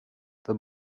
the